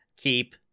Keep